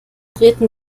treten